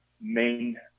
main